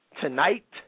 Tonight